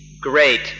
great